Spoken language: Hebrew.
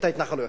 את ההתנחלויות.